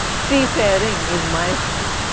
seafaring is my skill.